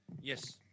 Yes